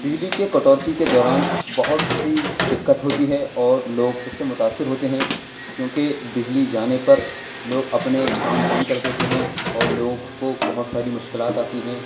بجلی کے كٹوتی كے دوران بہت سی دِقّت ہوتی ہے اور لوگ اس سے متاثر ہوتے ہیں کیونکہ بجلی جانے پر لوگ اپنے کام بند کر دیتے ہیں اور لوگ کو بہت ساری مشکلات آتی ہیں